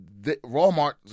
Walmart